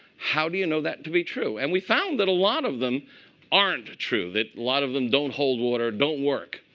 how do you know that to be true? and we found that a lot of them aren't true, that a lot of them don't hold water, don't work.